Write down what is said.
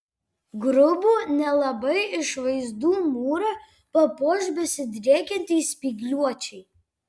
grubų nelabai išvaizdų mūrą papuoš besidriekiantys spygliuočiai